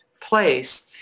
place